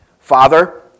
Father